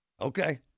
Okay